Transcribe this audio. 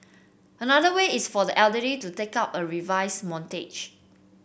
another way is for the elderly to take up a reverse mortgage